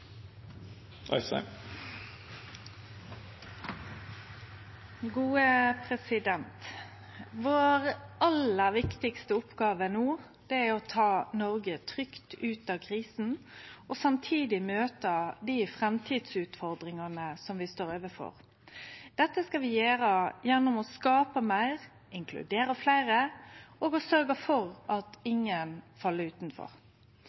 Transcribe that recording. Vår aller viktigaste oppgåve no, er å ta Noreg trygt ut av krisa og samtidig møte dei framtidsutfordringane vi står overfor. Dette skal vi gjere gjennom å skape meir, inkludere fleire og sørgje for at ingen fell utanfor.